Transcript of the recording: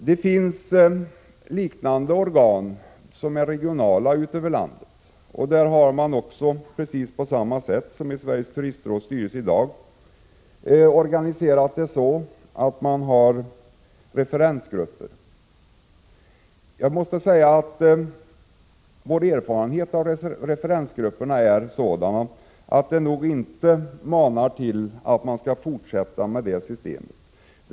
Det finns liknande, regionala organ ute i landet, där man på precis samma sätt som i Sveriges turistråds styrelse i dag har organiserat verksamheten så, att man har referensgrupper. Våra erfarenheter av referensgrupperna är sådana att de nog inte manar till att man skulle fortsätta med det systemet.